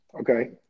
Okay